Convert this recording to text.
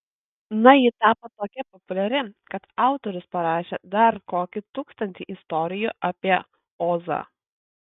na ji tapo tokia populiari kad autorius parašė dar kokį tūkstantį istorijų apie ozą